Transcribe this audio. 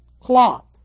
cloth